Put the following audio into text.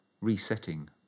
resetting